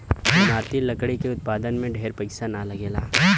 इमारती लकड़ी के उत्पादन में ढेर पईसा ना लगेला